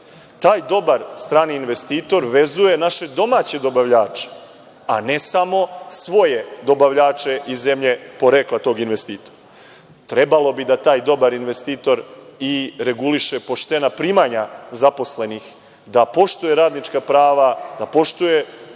dobar strani investitor vezuje naše domaće dobavljače, a ne samo svoje dobavljače iz zemlje porekla tog investitora. Trebalo bi da taj dobar investitor i reguliše poštena primanja zaposlenih, da poštuje radnička prava, da poštuje